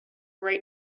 write